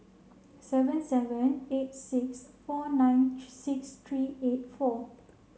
seven seven eight six four nine six three eight four